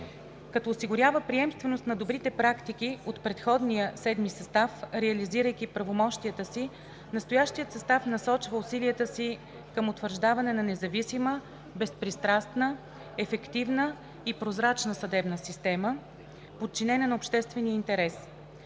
Като осигурява приемственост на добрите практики от предходния седми състав, реализирайки правомощията си, настоящият състав насочва усилията си към утвърждаване на независима, безпристрастна, ефективна и прозрачна съдебна система, подчинена на обществения интерес.